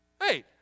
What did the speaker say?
hey